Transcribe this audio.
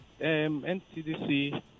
NCDC